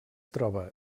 troba